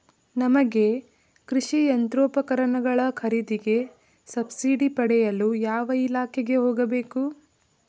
ನಮಗೆ ಕೃಷಿ ಯಂತ್ರೋಪಕರಣಗಳ ಖರೀದಿಗೆ ಸಬ್ಸಿಡಿ ಪಡೆಯಲು ಯಾವ ಇಲಾಖೆಗೆ ಹೋಗಬೇಕು?